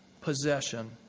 possession